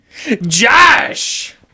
Josh